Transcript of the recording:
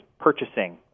purchasing